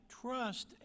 trust